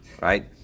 right